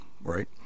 right